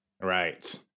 Right